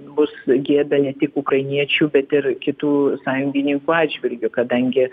bus gėda ne tik ukrainiečių bet ir kitų sąjungininkų atžvilgiu kadangi